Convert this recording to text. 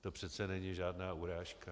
To přece není žádná urážka.